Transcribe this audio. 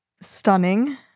stunning